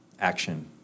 action